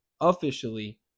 officially